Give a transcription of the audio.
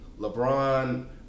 LeBron –